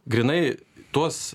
grynai tuos